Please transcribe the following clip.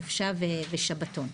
חופשה ושבתון.